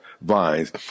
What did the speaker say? vines